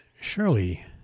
surely